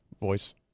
voice